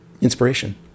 Inspiration